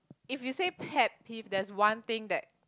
if you say pet peeve there's one thing that